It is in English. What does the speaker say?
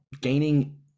gaining